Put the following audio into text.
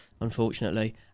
unfortunately